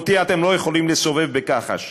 ואותי אתם לא יכולים לסובב בכחש.